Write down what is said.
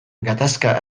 gatazka